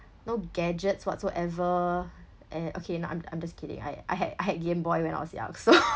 no gadgets whatsoever and okay no I'm I'm just kidding I I had I had game boy when I was young so